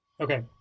okay